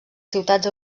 ciutats